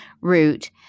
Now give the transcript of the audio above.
root